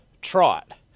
trot